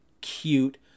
cute